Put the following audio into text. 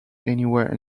anywhere